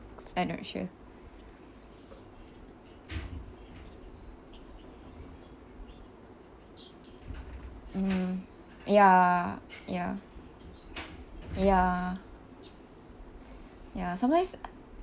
I not sure mm ya ya ya ya sometimes